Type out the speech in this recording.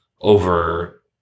over